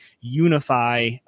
Unify